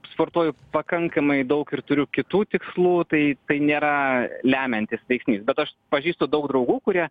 sportuoju pakankamai daug ir turiu kitų tikslų tai tai nėra lemiantis veiksnys bet aš pažįstu daug draugų kurie